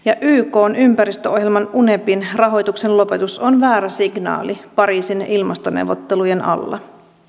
ja ykn ympäristöohjelman unepin rahoituksen lopetus on väärä signaali pariisin ilmastoneuvottelujen alla